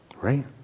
Right